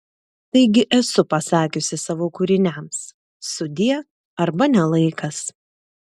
taigi esu pasakiusi savo kūriniams sudie arba ne laikas